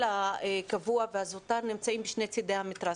הקבוע והסגל הזוטר נמצאים משני צדי המתרס.